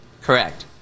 Correct